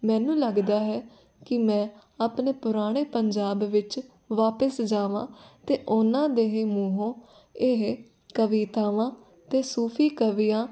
ਮੈਨੂੰ ਲੱਗਦਾ ਹੈ ਕਿ ਮੈਂ ਆਪਣੇ ਪੁਰਾਣੇ ਪੰਜਾਬ ਵਿੱਚ ਵਾਪਿਸ ਜਾਵਾਂ ਅਤੇ ਉਹਨਾਂ ਦੇ ਮੂੰਹੋਂ ਇਹ ਕਵਿਤਾਵਾਂ ਅਤੇ ਸੂਫੀ ਕਵੀਆਂ